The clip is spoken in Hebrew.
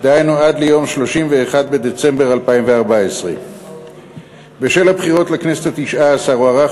דהיינו עד ליום 31 בדצמבר 2014. בשל הבחירות לכנסת התשע-עשרה הוארך